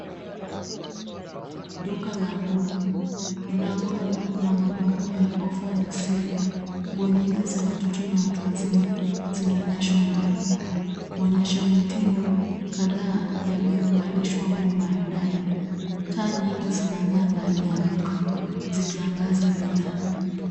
Duka la nguo. Mlangoni kuna mabango ya ofa ya sale . Nguo nyingi za watoto na watu wazima zimeonyeshwa ndani. Monyesho mitindo kadhaa yamevalishwa nguo maridadi. Taa nyingi zinang'aa ndani ya duka zikiangaza bidhaa.